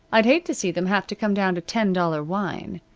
i'd hate to see them have to come down to ten dollar wine.